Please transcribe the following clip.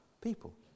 people